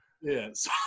yes